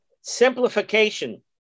Simplification